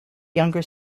younger